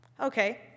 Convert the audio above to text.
Okay